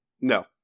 No